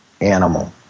animal